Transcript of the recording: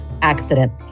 accident